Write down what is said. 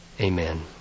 Amen